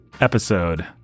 episode